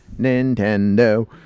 Nintendo